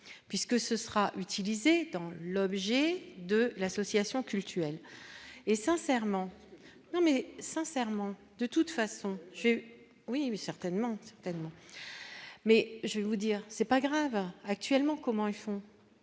puisque ce sera utilisé dans l'objet de l'association cultuelle et sincèrement non, mais sincèrement, de toute façon, oui, mais certainement tellement mais je vais vous dire : c'est pas grave, actuellement, comment ils font.